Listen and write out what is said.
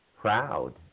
proud